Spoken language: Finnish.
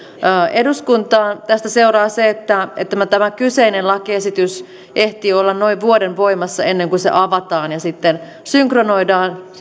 eduskuntaan tästä seuraa se että että tämä kyseinen lakiesitys ehtii olla noin vuoden voimassa ennen kuin se avataan ja sitten synkronoidaan